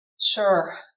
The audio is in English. Sure